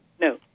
No